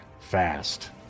fast